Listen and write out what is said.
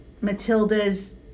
Matilda's